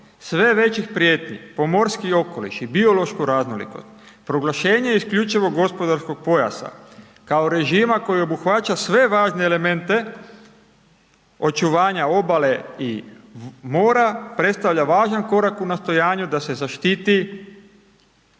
sve većih prijetnji po morski okoliš i biološku raznolikost proglašenje isključivog gospodarskog pojasa kao režima koji obuhvaća sve važne elemente očuvanja obale i mora predstavlja važan korak u nastojanju da se zaštiti